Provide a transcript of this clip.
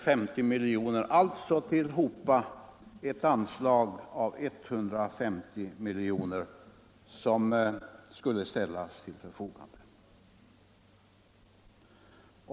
Det är alltså tillhopa ett anslag på 150 milj.kr. som skulle ställas till förfogande.